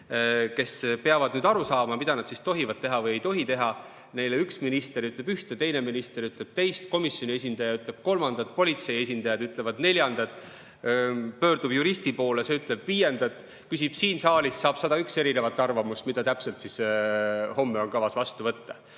peavad aru saama, mida nad tohivad teha ja mida ei tohi teha. Neile üks minister ütleb üht, teine minister ütleb teist, komisjoni esindaja ütleb kolmandat, politsei esindajad ütlevad neljandat. Inimesed pöörduvad juristi poole, see ütleb viiendat. Küsitakse siin saalis, saadakse 101 erinevat arvamust, mida täpselt homme on kavas vastu võtta.